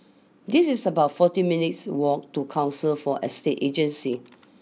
this is about forty minutes' walk to Council for Estate Agencies